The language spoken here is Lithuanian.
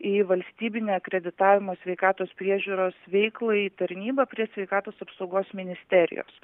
į valstybinę akreditavimo sveikatos priežiūros veiklai tarnybą prie sveikatos apsaugos ministerijos